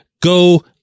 go